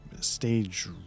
stage